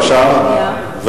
בבקשה,